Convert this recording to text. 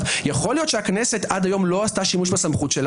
יכול להיות שהכנסת עד כה לא עשתה שימוש בסמכותה,